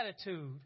attitude